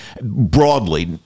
Broadly